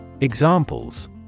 Examples